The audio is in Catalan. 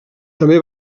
també